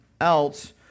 else